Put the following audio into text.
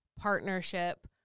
partnership